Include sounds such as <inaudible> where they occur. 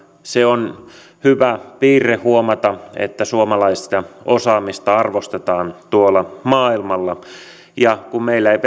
se on hyvä piirre huomata että suomalaista osaamista arvostetaan tuolla maailmalla ja meillä ei <unintelligible>